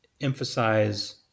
emphasize